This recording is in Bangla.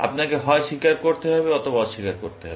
আপনাকে হয় স্বীকার করতে হবে অথবা অস্বীকার করতে হবে